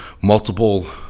multiple